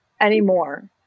anymore